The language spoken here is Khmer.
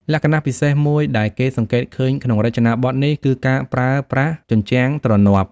លក្ខណៈពិសេសមួយដែលគេសង្កេតឃើញក្នុងរចនាបថនេះ គឺការប្រើប្រាស់ ជញ្ជាំងទ្រនាប់។